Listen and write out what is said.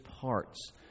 parts